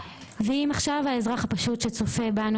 ואם עכשיו האזרח הפשוט שצופה בנו,